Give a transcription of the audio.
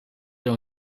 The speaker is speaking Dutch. door